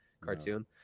cartoon